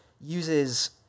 uses